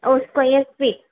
O square feet